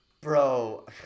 bro